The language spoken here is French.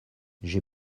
j’ai